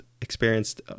experienced